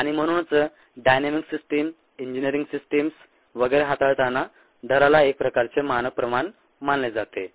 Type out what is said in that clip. आणि म्हणूनच dynamic system engineering systems वगैरे हाताळताना दराला एक प्रकारचे मानक प्रमाण मानले जाते